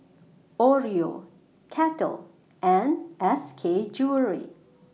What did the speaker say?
Oreo Kettle and S K Jewellery